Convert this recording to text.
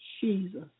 Jesus